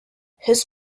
his